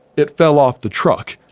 it fell off the truck,